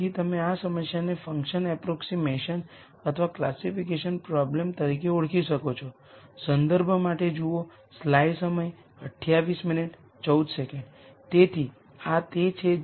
તેથી વેરીએબ્લસ વચ્ચેના સંબંધોને ઓળખવા માટે શૂન્ય આઇગન વૅલ્યુને અનુરૂપ આઇગન વેક્ટર્સનો ઉપયોગ કરી શકાય છે